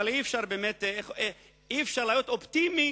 אבל אי-אפשר באמת להיות אופטימי